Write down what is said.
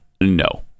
no